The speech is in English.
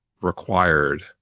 required